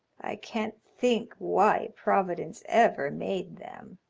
i can't think why providence ever made them.